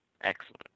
Excellent